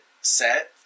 set